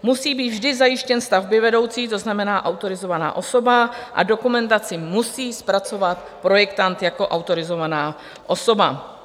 Musí být vždy zajištěn stavbyvedoucí, to znamená autorizovaná osoba, a dokumentaci musí zpracovat projektant jako autorizovaná osoba.